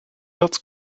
else